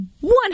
one